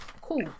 Cool